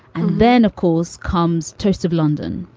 and then, of course, comes toast of london.